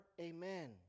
Amen